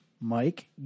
Mike